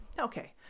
okay